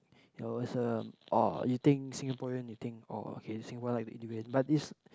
no it's um orh you think Singaporean you think orh okay Singaporean like to eat durian but it's